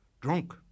drunk